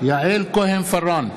יעל כהן-פארן,